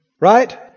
Right